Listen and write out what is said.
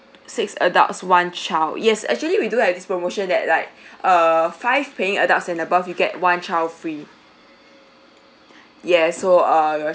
six adults one child yes actually we do this promotion that like err five paying adults and above you get one child free ya so a